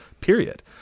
period